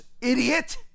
idiot